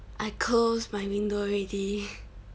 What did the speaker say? I close my window already